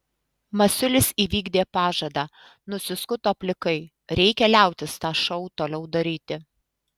masiulis įvykdė pažadą nusiskuto plikai reikia liautis tą šou toliau daryti